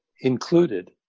included